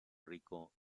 rico